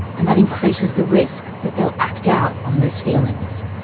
and that increases the risk that they'll act out on those feelings.